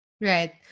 Right